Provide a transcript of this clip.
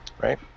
Right